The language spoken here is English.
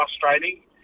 frustrating